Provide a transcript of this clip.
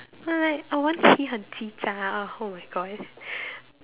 like I won't say 很鸡杂 !ugh! oh-my-God